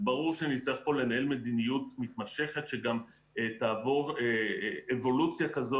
ברור שנצטרך לנהל מדיניות מתמשכת שגם תעבור אבולוציה כזו